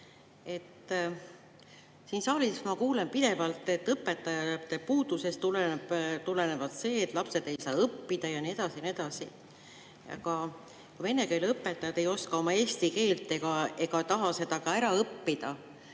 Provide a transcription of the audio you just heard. Siin saalis ma kuulen pidevalt, et õpetajate puudusest tuleneb see, et lapsed ei saa õppida ja nii edasi, ja nii edasi. Ka vene keele õpetajad ei oska eesti keelt ega taha seda ka ära õppida.